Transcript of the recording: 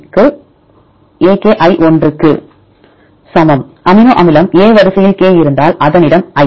aki 1 க்கு சமம் அமினோ அமிலம் a வரிசையில் k இருந்தால் அதன் இடம் i